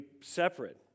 separate